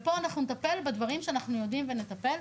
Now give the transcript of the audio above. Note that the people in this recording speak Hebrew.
ופה אנחנו נטפל בדברים שאנחנו יודעים ונטפל.